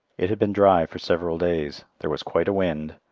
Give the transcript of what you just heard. it had been dry for several days, there was quite a wind,